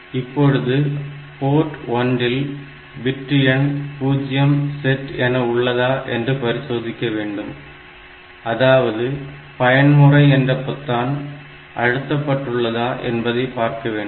இப்பொழுது போர்ட் 1 இல் பிட்டு எண் 0 ஆனது bit0 செட் என உள்ளதா என்று பரிசோதிக்க வேண்டும் அதாவது பயன்முறை என்ற பொத்தான் அழுத்த பட்டுள்ளதா என்பதை பார்க்க வேண்டும்